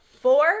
four